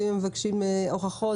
ואם הם מבקשים הוכחות,